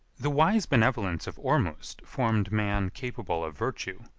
the wise benevolence of ormusd formed man capable of virtue,